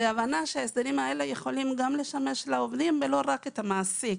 מתוך הבנה שההסדרים האלה יכולים גם לשמש את העובדים ולא רק את המעסיק.